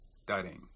studying